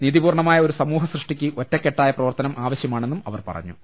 നീതിപൂർണ്ണമായ ഒരു സമൂഹ സൃഷ്ടിക്ക് ഒറ്റക്കെട്ടായ പ്രവർത്തനം ആവശൃമാണെന്നും അവർ പറഞ്ഞു